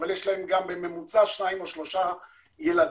אבל יש גם בממוצע 2-3 ילדים,